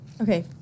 Okay